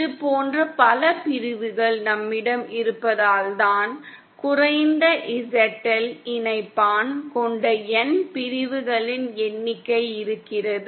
இது போன்ற பல பிரிவுகள் நம்மிடம் இருப்பதால் தான் குறைந்த ZL இணைப்பான் கொண்ட N பிரிவுகளின் எண்ணிக்கை இருக்கிறது